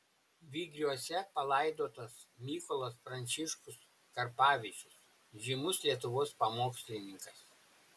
vygriuose palaidotas mykolas pranciškus karpavičius žymus lietuvos pamokslininkas